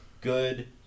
good